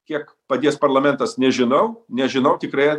kiek padės parlamentas nežinau nežinau tikrai